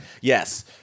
yes